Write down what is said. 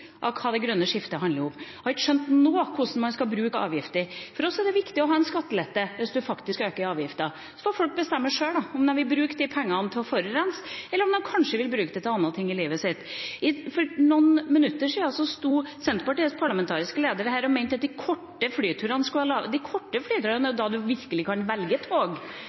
av hva det grønne skiftet handler om, de har ikke skjønt noe av hvordan man skal bruke avgifter. For oss er det viktig å ha skattelette hvis man faktisk øker avgifter, og så får folk bestemme sjøl om de vil bruke pengene på å forurense, eller om de kanskje vil bruke dem til andre ting i livet sitt. For noen minutter siden sto Senterpartiets parlamentariske leder her og snakket om de korte flyturene. Det er da man virkelig kan velge tog.